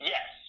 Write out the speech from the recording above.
Yes